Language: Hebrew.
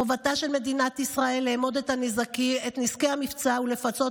חובתה של מדינת ישראל לאמוד את נזקי המבצע ולפצות